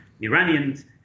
Iranians